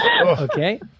Okay